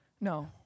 No